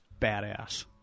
badass